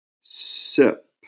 Sip